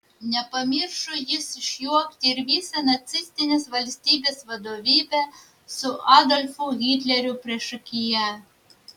nepamiršo jis išjuokti ir visą nacistinės valstybės vadovybę su adolfu hitleriu priešakyje